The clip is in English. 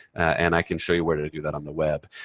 and i can show you where to do that on the web.